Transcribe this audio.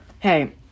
Hey